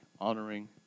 honoring